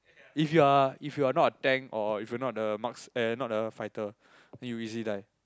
if you are if you are not a tank or if you are not a marks uh not a fighter then you easily die